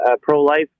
pro-life